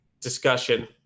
discussion